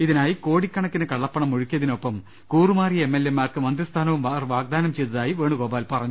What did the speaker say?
ഇതിനായി കോടി ക്കണക്കിന് കള്ളപ്പണം ഒഴുക്കിയതിനൊപ്പം കൂറുമാറിയ എം എൽ എമാർക്ക് മന്ത്രിസ്ഥാനവും അവർ വാഗ്ദാനം ചെയ്തതായി വേണുഗോപാൽ പറഞ്ഞു